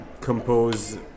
compose